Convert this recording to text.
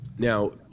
Now